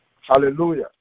Hallelujah